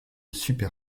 super